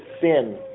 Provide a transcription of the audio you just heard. sin